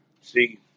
See